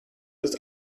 ist